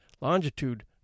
longitude